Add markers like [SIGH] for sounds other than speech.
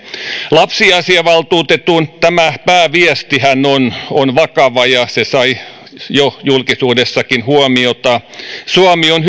lapsiasiavaltuutetun pääviestihän on on vakava ja se sai jo julkisuudessakin huomiota suomi on [UNINTELLIGIBLE]